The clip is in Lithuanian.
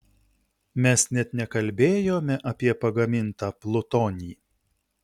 mes net nekalbėjome apie pagamintą plutonį